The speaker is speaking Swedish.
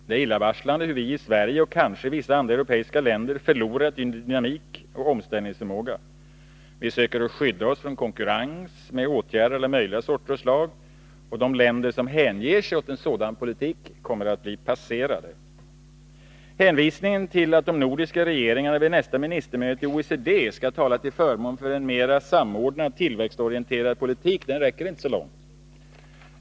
Det är illavarslande hur vi i Sverige och kanske i vissa andra europeiska länder förlorat i dynamik och omställningsförmåga. Vi försöker skydda oss från konkurrens med åtgärder av alla möjliga slag. De länder som hänger sig åt en sådan politik kommer att bli passerade. Hänvisningen till att de nordiska regeringarna vid nästa ministermöte i OECD skall tala till förmån för en ”mera samordnad tillväxtorienterad politik” räcker inte så långt.